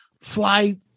fly